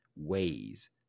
ways